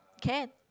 can